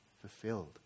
fulfilled